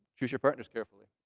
choose your partners carefully.